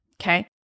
Okay